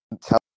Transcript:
tell